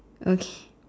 okay